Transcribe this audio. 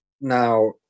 now